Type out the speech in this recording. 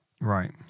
Right